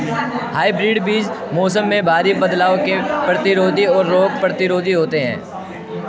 hybrid बीज मौसम में भारी बदलाव के प्रतिरोधी और रोग प्रतिरोधी होते हैं